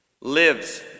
lives